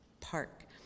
park